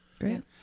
Great